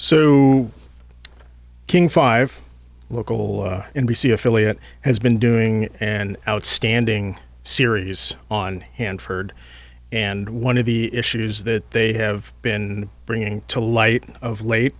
so king five local n b c affiliate has been doing an outstanding series on hanford and one of the issues that they have been bringing to light of late